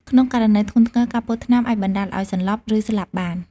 ក្នុងករណីធ្ងន់ធ្ងរ ការពុលថ្នាំអាចបណ្ដាលឱ្យសន្លប់ ឬស្លាប់បាន។